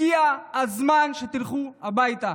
הגיע הזמן שתלכו הביתה.